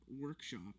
workshop